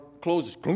closes